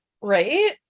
right